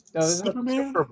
Superman